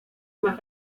más